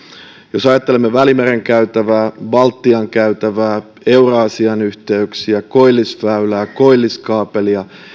jos ajattelemme välimeren käytävää baltian käytävää euraasian yhteyksiä koillisväylää koilliskaapelia